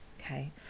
Okay